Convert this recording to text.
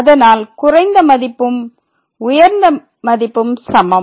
அதனால் குறைந்த மதிப்பும் உயர்ந்த மதிப்பும் சமம்